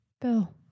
Bill